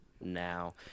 now